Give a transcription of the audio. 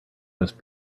just